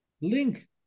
LINK